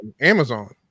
Amazon